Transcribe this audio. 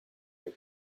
your